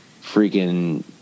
freaking